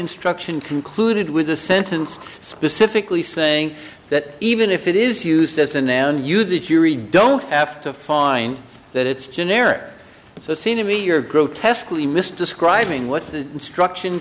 instruction concluded with a sentence specifically saying that even if it is used as a noun you that yuri don't have to find that it's generic so seem to me your grotesquely missed describing what the instruction